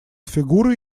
фигура